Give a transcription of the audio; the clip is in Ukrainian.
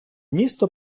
місто